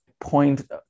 point